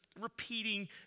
repeating